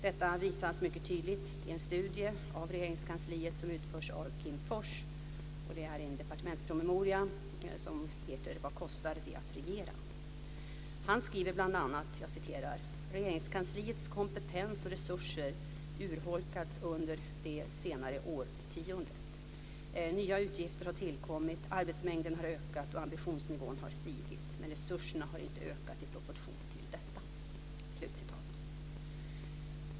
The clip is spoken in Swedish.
Detta visas mycket tydligt i en studie av Regeringskansliet som utförts av Kim Forss . Han skriver bl.a. att "Regeringskansliets kompetens och resurser urholkats under det senaste årtiondet. Nya uppgifter har tillkommit, arbetsmängden har ökat och ambitionsnivån har stigit, men resurserna har inte ökat i proportion till detta".